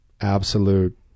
absolute